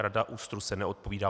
Rada ÚSTR se neodpovídá